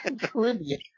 Caribbean